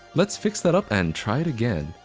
let's fix that up and try it again.